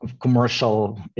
Commercial